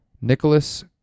Nicholas